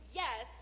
yes